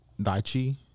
Daichi